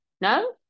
No